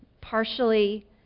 partially